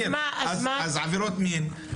אז עבירות מין,